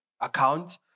account